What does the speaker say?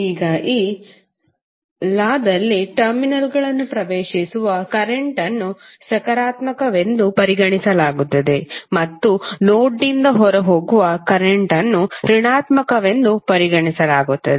ಈಗ ಈ ಲಾ ದಲ್ಲಿ ಟರ್ಮಿನಲ್ಗಳನ್ನು ಪ್ರವೇಶಿಸುವ ಕರೆಂಟ್ ಅನ್ನು ಸಕಾರಾತ್ಮಕವೆಂದು ಪರಿಗಣಿಸಲಾಗುತ್ತದೆ ಮತ್ತು ನೋಡ್ನಿಂದ ಹೊರಹೋಗುವ ಕರೆಂಟ್ ಋಣಾತ್ಮಕವೆಂದು ಪರಿಗಣಿಸಲಾಗುತ್ತದೆ